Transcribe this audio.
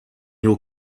your